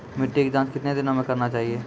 मिट्टी की जाँच कितने दिनों मे करना चाहिए?